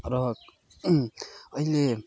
र अहिले